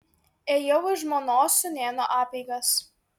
ėjau į žmonos sūnėno apeigas